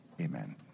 Amen